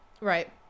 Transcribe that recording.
Right